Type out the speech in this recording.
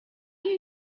you